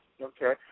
Okay